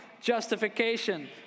justification